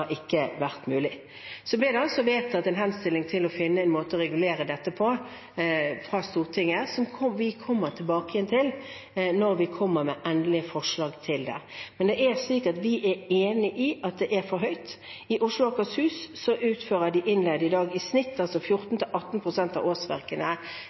ikke vært mulig. Så ble det vedtatt en henstilling fra Stortinget om å finne en måte å regulere dette på, som vi kommer tilbake til når vi kommer med et endelig forslag. Men vi er enig i at det er for høyt. I Oslo og Akershus utfører de innleide i dag i snitt